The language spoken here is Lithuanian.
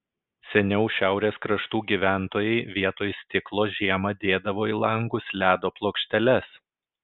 seniau šiaurės kraštų gyventojai vietoj stiklo žiemą dėdavo į langus ledo plokšteles